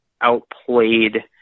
outplayed